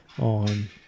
on